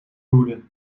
loerde